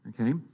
okay